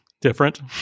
different